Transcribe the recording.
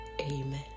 Amen